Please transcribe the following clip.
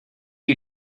you